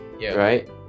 Right